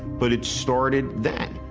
but it started then.